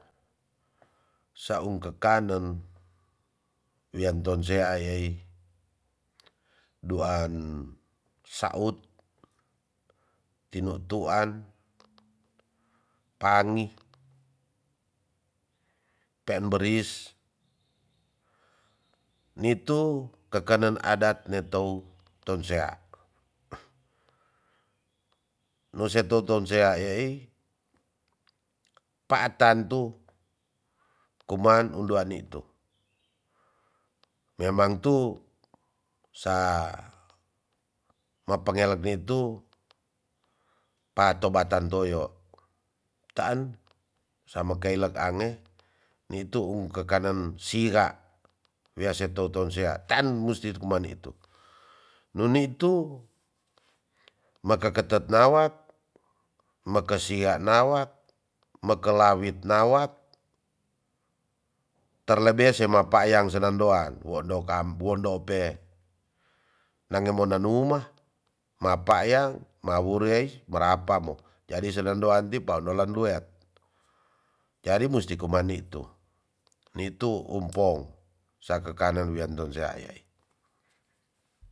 . Saung kekanen wian tonsea yaai duan saut tinutuan pangi pemberis nitu kekanen adat ne tou tonsea nuse to tonsea yaai paatan tu kuman undua nitu memang tu sa mapangelap nitu pato batan toyo taan sama keilek ange nitu ung kekanen sira wia si to tonsea tan musti kuman itu nu nitu makeketet nawat make sia nawat mekelawit nawat telrlebe semapayang senandoan wondo kan wondo pe nange mona numa mapayang mawuru yai marapa mo jadi senandolan ti pandolan luet jadi musti kuman nitu, nitu umpong saka kanen wian tonsea yaai.